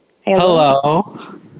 hello